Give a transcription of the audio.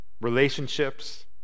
relationships